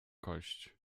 kość